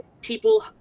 people